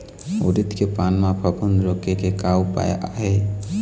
उरीद के पान म फफूंद रोके के का उपाय आहे?